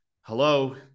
Hello